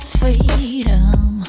freedom